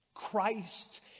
Christ